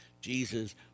Jesus